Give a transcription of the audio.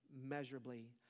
measurably